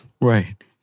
Right